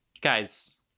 guys